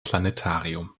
planetarium